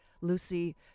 lucy